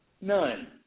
None